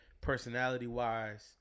personality-wise